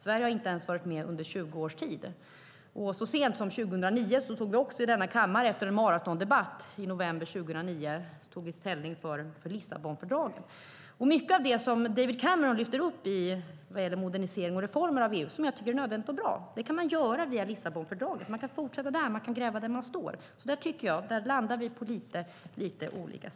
Sverige har ännu inte varit med 20 år. Så sent som i november 2009 tog vi efter en maratondebatt i denna kammare ställning för Lissabonfördraget. Mycket av det som David Cameron lyfter fram beträffande modernisering och reformer av EU, som är nödvändigt och bra, kan man göra via Lissabonfördraget. Man kan fortsätta där. Man kan gräva där man står. Där landar vi alltså lite olika.